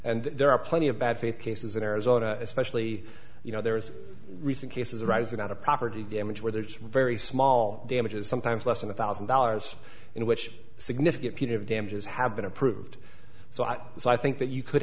and there are plenty of bad faith cases in arizona especially you know there is recent cases arising out of property damage where there's very small damages sometimes less than a thousand dollars in which significant peter damages have been approved so out so i think that you could